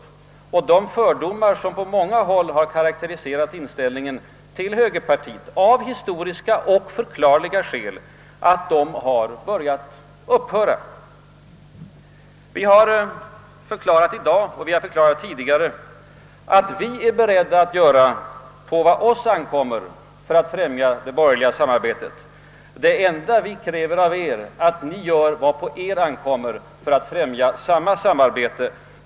Jag tror att de fördomar, som på många håll har karakteriserat inställningen till det gamla högerpartiet av historiska och delvis förklarliga skäl börjat försvinna. Vi inom högern har i dag förklarat och vi har förklarat tidigare, att vi är beredda att göra vad på oss ankommer för att främja det borgerliga samarbetet. Det enda vi kräver av er är att ni gör vad på er ankommer för att främja samma samarbete.